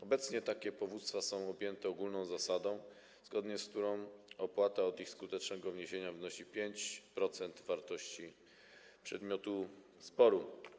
Obecnie takie powództwa są objęte ogólną zasadą, zgodnie z którą opłata od ich skutecznego wniesienia wynosi 5% wartości przedmiotu sporu.